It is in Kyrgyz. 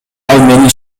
менин